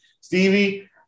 Stevie